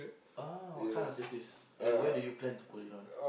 ah what kind of tattoos and where do you plan to put it on